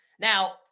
Now